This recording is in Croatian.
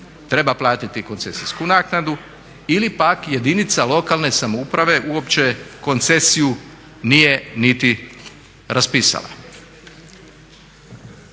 treba platiti koncesijsku naknadu ili pak jedinica lokalne samouprave uopće koncesiju nije niti raspisala.